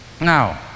Now